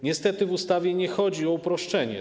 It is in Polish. Niestety w ustawie nie chodzi o uproszczenie.